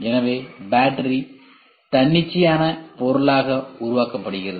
எனவே பேட்டரி தன்னிச்சையான பொருளாக உருவாக்கப்படுகிறது